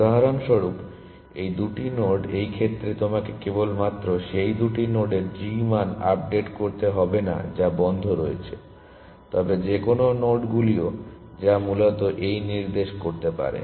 উদাহরণস্বরূপ এই দুটি নোড এই ক্ষেত্রে তোমাকে কেবলমাত্র সেই দুটি নোডের g মান আপডেট করতে হবে না যা বন্ধ রয়েছে তবে যেকোন নোডগুলিও যা মূলত এই নির্দেশ করতে পারে